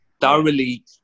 thoroughly